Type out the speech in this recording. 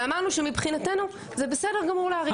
ואמרנו שמבחינתנו זה בסדר גמור להאריך.